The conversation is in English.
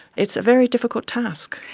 it's a very difficult task.